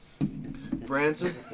Branson